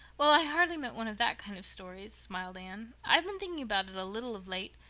well, i hardly meant one of that kind of stories, smiled anne. i've been thinking about it a little of late,